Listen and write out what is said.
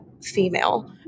female